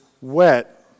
wet